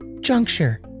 juncture